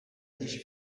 dieci